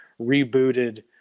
rebooted